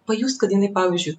pajustkad jinai pavyzdžiui